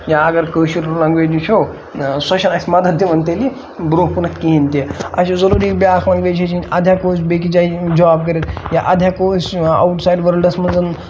یا اگر کٲشُر لنٛگویج وٕچھو سۄ چھَنہٕ اَسہِ مَدَد دِوان تیٚلہِ برونٛہہ کُنَتھ کِہیٖنۍ تہِ اَسہِ چھےٚ ضروٗری بیٛاکھ لنٛگویج ہیٚچھِنۍ اَدٕ ہیٚکو أسۍ بیٚکہِ جایہِ جاب کٔرِتھ یا اَدٕ ہیٚکو أسۍ آوُٹ سایڈ ؤرلڈَس منٛز